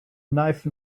knife